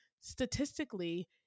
Statistically